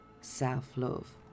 self-love